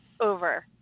over